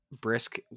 brisk